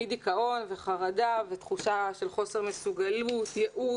מדיכאון, חרדה, תחושה של חוסר מסוגלות, ייאוש.